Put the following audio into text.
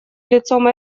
лицом